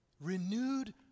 renewed